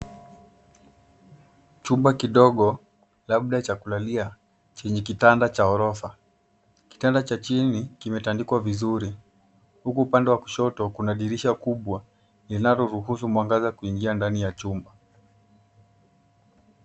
Chumba kidogo labda cha kulalia chenye kitanda cha orofa. Kitanda cha chini kimetandikwa vizuri huku upande wa kushoto kuna dirisha kubwa linaloruhusu mwangaza kuingia ndani ya chumba.